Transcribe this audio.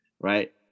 right